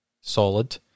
solid